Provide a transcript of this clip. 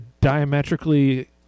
diametrically